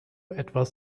etwas